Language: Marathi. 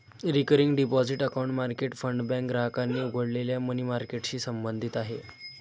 recurring deposit account market fund bank ग्राहकांनी उघडलेल्या मनी मार्केटशी संबंधित आहे